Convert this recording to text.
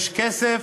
יש כסף,